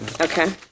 okay